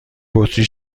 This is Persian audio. بطری